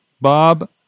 Bob